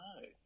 No